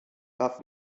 darf